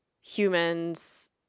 humans